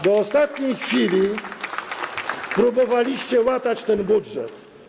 Do ostatniej chwili próbowaliście łatać ten budżet.